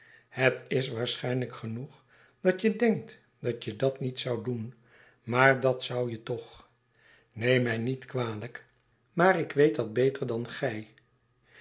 het is waarschijnlijk genoeg dat je denkt dat je dat niet zoudt doen maar dat zou je toch neem mij niet kwalijk maar ik weet dat beter dan gij